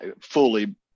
fully